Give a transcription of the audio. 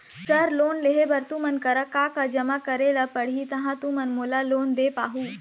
Sir loan लेहे बर तुमन करा का का जमा करें ला पड़ही तहाँ तुमन मोला लोन दे पाहुं?